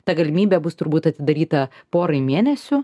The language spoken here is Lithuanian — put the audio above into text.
ta galimybė bus turbūt atidaryta porai mėnesių